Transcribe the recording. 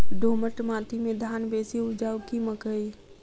दोमट माटि मे धान बेसी उपजाउ की मकई?